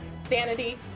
sanity